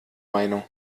meinung